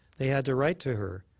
they had to write to her,